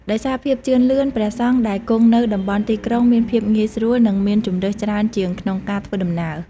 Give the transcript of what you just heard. ដោយសារភាពជឿនលឿន ព្រះសង្ឃដែលគង់នៅតំបន់ទីក្រុងមានភាពងាយស្រួល និងមានជម្រើសច្រើនជាងក្នុងការធ្វើដំណើរ។